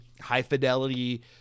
high-fidelity